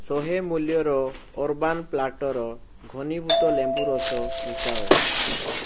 ଶହେ ମୂଲ୍ୟର urban platter ଘନୀଭୂତ ଲେମ୍ବୁ ରସ ମିଶାଅ